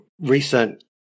recent